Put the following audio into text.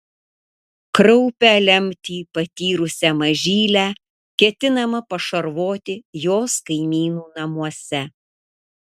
kraupią lemtį patyrusią mažylę ketinama pašarvoti jos kaimynų namuose